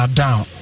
down